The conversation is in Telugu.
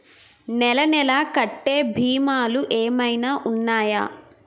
నెల నెల కట్టే భీమాలు ఏమైనా ఉన్నాయా?